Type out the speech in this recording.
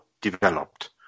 developed